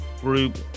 group